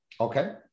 Okay